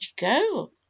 go